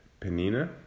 Penina